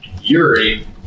Yuri